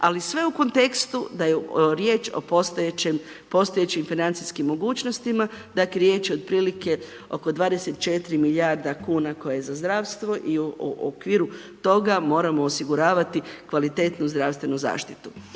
ali sve u kontekstu da je riječ o postojećim financijskim mogućnostima, dakle riječ je o otprilike oko 24 milijarda kuna koje je za zdravstvo i u okviru toga moramo osiguravati kvalitetnu zdravstvenu zaštitu.